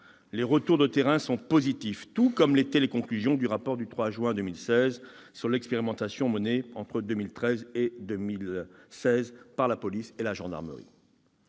Les retours du terrain sont positifs, tout comme l'étaient les conclusions du rapport de 2016 sur l'expérimentation menée entre 2013 et 2016 par la police et la gendarmerie.